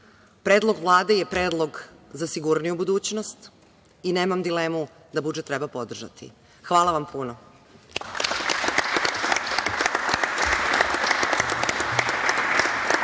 suočiti. Predlog Vlade je predlog za sigurniju budućnost i nemam dilemu da budžet treba podržati. Hvala puno.